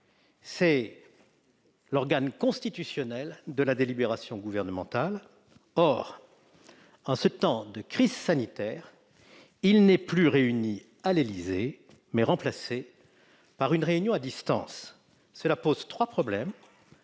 C'est l'organe constitutionnel de la délibération gouvernementale. Or, en ces temps de crise sanitaire, il est non plus réuni à l'Élysée, mais remplacé par une réunion à distance, ce qui pose trois problèmes.